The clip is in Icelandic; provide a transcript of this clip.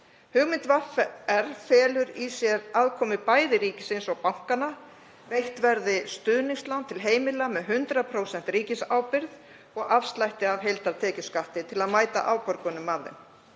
Hugmynd VR felur í sér aðkomu bæði ríkisins og bankanna. Veitt verði stuðningslán til heimila með 100% ríkisábyrgð og afslætti af heildartekjuskatti til að mæta afborgunum af þeim.